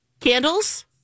Candles